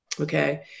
Okay